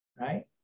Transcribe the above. right